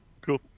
cool